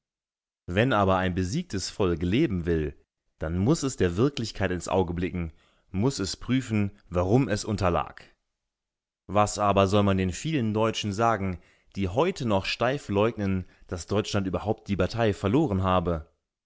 wenn aber ein besiegtes volk leben will dann muß es der wirklichkeit ins auge blicken muß es prüfen warum es unterlag was aber soll man von den vielen deutschen sagen die heute noch steif leugnen daß deutschland überhaupt die bataille verloren habe